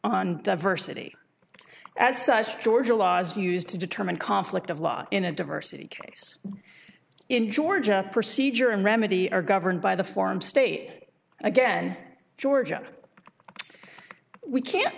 on diversity as georgia law is used to determine conflict of law in a diversity case in georgia procedure and remedy are governed by the form state again georgia we can't